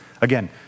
Again